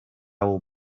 will